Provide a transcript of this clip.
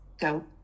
Go